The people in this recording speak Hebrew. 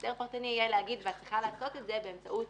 הסדר פרטני יהיה להגיד שאת צריכה לעשות את זה באמצעות